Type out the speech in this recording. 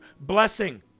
blessing